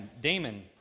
Damon